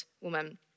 woman